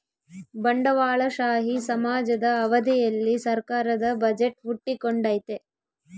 ಬಂಡವಾಳಶಾಹಿ ಸಮಾಜದ ಅವಧಿಯಲ್ಲಿ ಸರ್ಕಾರದ ಬಜೆಟ್ ಹುಟ್ಟಿಕೊಂಡೈತೆ